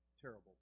terrible